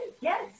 Yes